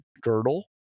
girdle